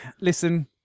listen